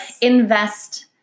Invest